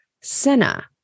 senna